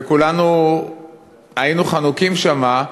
וכולנו היינו חנוקים שם,